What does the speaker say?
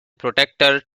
protector